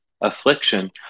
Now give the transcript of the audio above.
affliction